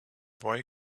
boy